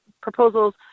proposals